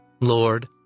Lord